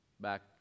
back